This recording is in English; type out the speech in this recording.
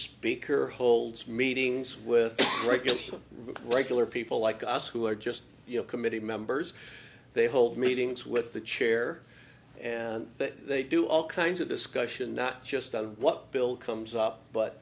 speaker holds meetings with regular regular people like us who are just you know committee members they hold meetings with the chair and that they do all kinds of discussion not just of what bill comes up but